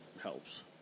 helps